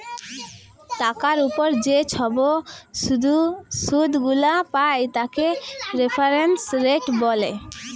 টাকার উপর যে ছব শুধ গুলা পায় তাকে রেফারেন্স রেট ব্যলে